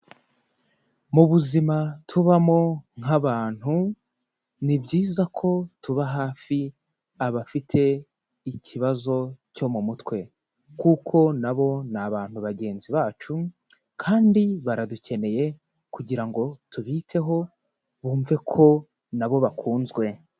Mu buzima tubamo nk'abantu, ni byiza ko tuba hafi abafite ikibazo cyo mu mutwe, kuko na bo ni abantu bagenzi bacu kandi baradukeneye, kugira ngo tubiteho bumve ko na bo bakunzwe.